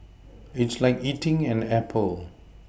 it's like eating an Apple